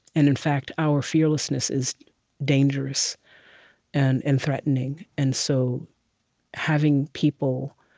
and in fact, our fearlessness is dangerous and and threatening. and so having people